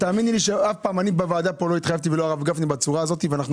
תאמיני לי שבוועדה אני לא התחייבתי ולא הרב גפני התחייב בצורה כזאת.